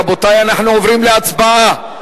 רבותי, אנחנו עוברים להצבעה.